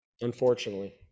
Unfortunately